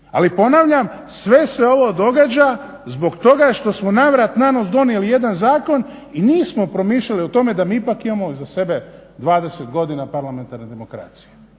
Ali ponavljam, sve se ovo događa zbog toga što smo navrat nanos donijeli jedan zakon i nismo promišljali o tome da mi ipak imamo iza sebe 20 godina parlamentarne demokracije.